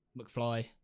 McFly